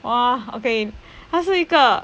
!wah! okay 他是一个